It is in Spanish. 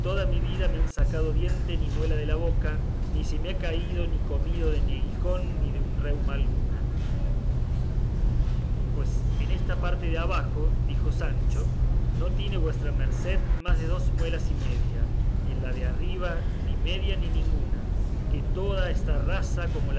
toda mi vida me han sacado diente ni muela de la boca ni se me ha caído ni comido de neguijón ni de reuma alguna pues en esta parte de abajo dijo sancho no tiene vuestra merced más de dos muelas y media y en la de arriba ni media ni ninguna que toda está rasa como